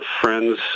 friends